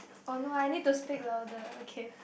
oh no I need to speak louder okay